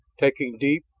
taking deep,